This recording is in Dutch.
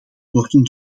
worden